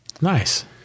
Nice